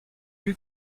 eut